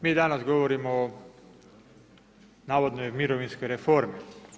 Mi danas govorimo o navodnoj mirovinskoj reformi.